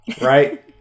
right